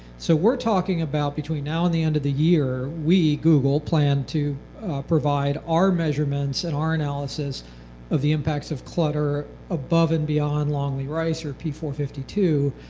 so we are talking about between now and the end of the year, we, google, plan to provide our measurements and our analysis of the impacts of clutter above and beyond longley-rice or p four five two,